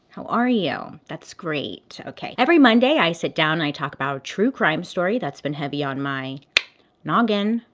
how are you? that's great, okay. every monday i sit down and i talk about a true crime story that's been heavy on my noggin.